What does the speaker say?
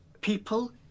people